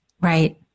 Right